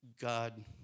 God